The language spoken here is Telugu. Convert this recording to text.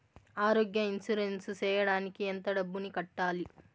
ఆరోగ్య ఇన్సూరెన్సు సేయడానికి ఎంత డబ్బుని కట్టాలి?